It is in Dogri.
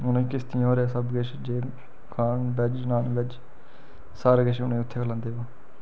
उनेंगी किश्तियें पर गै सब किश जे खान बैज़ नान बैज सारा किश उनेंगी उत्थे गै खलांदे